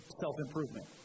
self-improvement